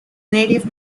native